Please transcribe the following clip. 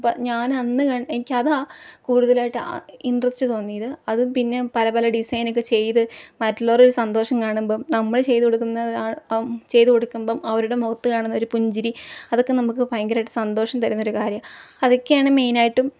അപ്പം ഞാൻ അന്ന് എനിക്കതാ കൂടുതലായിട്ട് ഇൻട്രസ്റ്റ് തോന്നിയത് അതും പിന്നെ പല പല ഡിസൈനൊക്കെ ചെയ്ത് മറ്റുള്ളവരുടെ ഒരു സന്തോഷം കാണുമ്പം നമ്മൾ ചെയ്ത് കൊടുക്കുന്ന ചെയ്ത് കൊടുക്കുമ്പം അവരുടെ മുഖത്ത് കാണുന്ന ഒരു പുഞ്ചിരി അതൊക്കെ നമുക്ക് ഭയങ്കരമായിട്ട് സന്തോഷം തരുന്ന ഒരു കാര്യാ അതൊക്കെയാണ് മെയിനായിട്ടും